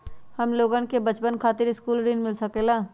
हमलोगन के बचवन खातीर सकलू ऋण मिल सकेला?